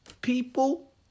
people